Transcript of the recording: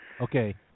Okay